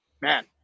man